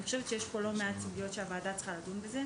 אני חושבת שיש פה לא מעט סוגיות שהוועדה צריכה לדון בהן.